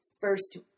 first